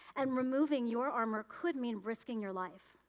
and removing your armor could mean risking your life.